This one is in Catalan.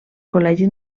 col·legi